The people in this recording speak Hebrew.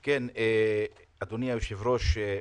אדוני היושב ראש,